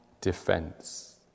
defense